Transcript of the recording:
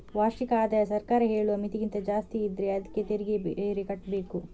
ವಾರ್ಷಿಕ ಆದಾಯ ಸರ್ಕಾರ ಹೇಳುವ ಮಿತಿಗಿಂತ ಜಾಸ್ತಿ ಇದ್ರೆ ಅದ್ಕೆ ತೆರಿಗೆ ಬೇರೆ ಕಟ್ಬೇಕು